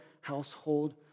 household